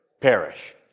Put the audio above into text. perish